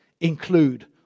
include